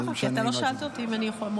ככה, כי אתה לא שאלת אותי אם אני מסכימה.